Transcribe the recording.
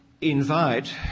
invite